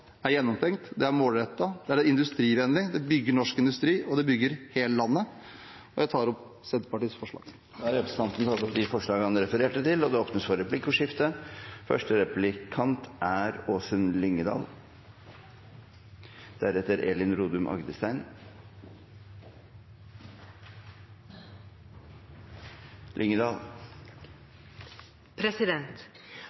er gjennomtenkt, det er målrettet, det er industrivennlig, det bygger norsk industri, og det bygger hele landet. Jeg tar opp Senterpartiets forslag. Representanten Trygve Slagsvold Vedum har tatt opp det forslaget han refererte til. Det blir replikkordskifte. Arbeiderpartiet og Senterpartiet deler en bekymring for økende ulikheter mellom regionene i Norge. Det er